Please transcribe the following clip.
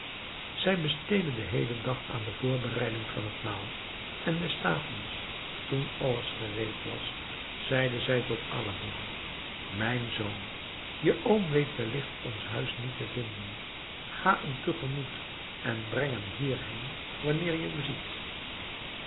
zij besteedde den heelen dag aan de voorbereiding van het maal en s avonds toen alles gereed was zeide zij tot aladdin mijn zoon je oom weet wellicht ons huis niet te vinden ga hem tegemoet en breng hem hierheen wanneer je hem ziet